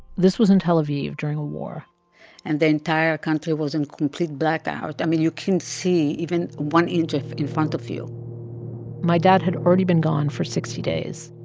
this was in tel aviv during a war and the entire country was in complete blackout. i mean, you couldn't see even one inch in front of you my dad had already been gone for sixty days.